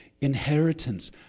inheritance